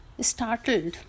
startled